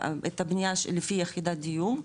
לפי יחידת דיור,